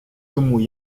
тому